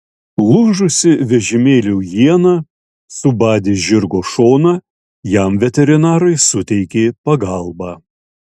lūžusi vežimėlio iena subadė žirgo šoną jam veterinarai suteikė pagalbą